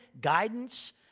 guidance